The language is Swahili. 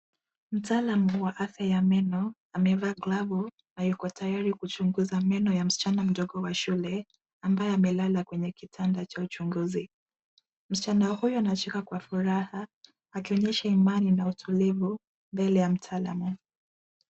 Mtaalamu wa afya ya meno amevaa glavu na yuko tayari kuchunguza meno ya msichana mdogo wa shule ambaye amelala kwenye kitanda cha uchunguzi. Msichana huyu anacheka kwa furaha akionyesha imani na utulivu mbele ya mtaalamu.